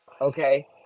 Okay